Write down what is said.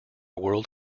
world